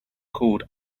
called